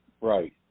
right